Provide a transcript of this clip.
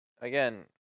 again